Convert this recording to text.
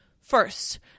First